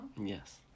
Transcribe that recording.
Yes